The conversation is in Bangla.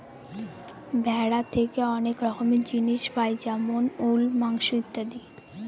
ভেড়া থেকে অনেক রকমের জিনিস পাই যেমন উল, মাংস ইত্যাদি